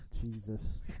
Jesus